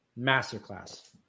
masterclass